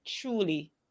truly